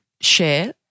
share